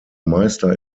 meister